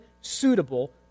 suitable